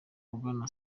ugana